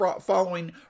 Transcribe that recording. following